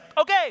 okay